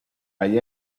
allí